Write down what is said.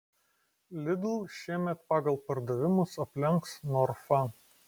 lidl šiemet pagal pardavimus aplenks norfą